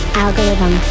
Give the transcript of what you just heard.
algorithm